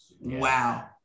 Wow